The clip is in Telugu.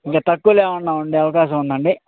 ఇంకా తక్కువలో ఏవైనా ఉండే అవకాశం ఉందండి